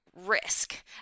risk